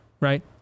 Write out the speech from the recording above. right